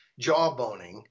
jawboning